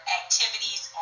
activities